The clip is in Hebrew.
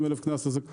50,000 ₪ קנס לאחר.